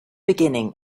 beginning